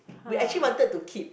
we actually wanted to keep